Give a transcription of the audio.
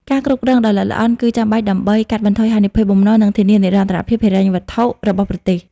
ការគ្រប់គ្រងដ៏ល្អិតល្អន់គឺចាំបាច់ដើម្បី កាត់បន្ថយហានិភ័យបំណុល និងធានានិរន្តរភាពហិរញ្ញវត្ថុរបស់ប្រទេស។